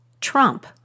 Trump